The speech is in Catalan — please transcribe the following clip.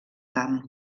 camp